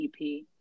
EP